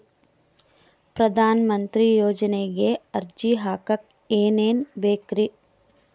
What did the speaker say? ಪ್ರಧಾನಮಂತ್ರಿ ಯೋಜನೆಗೆ ಅರ್ಜಿ ಹಾಕಕ್ ಏನೇನ್ ಬೇಕ್ರಿ?